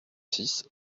six